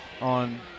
on